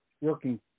working